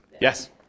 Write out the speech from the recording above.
Yes